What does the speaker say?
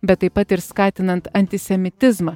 bet taip pat ir skatinant antisemitizmą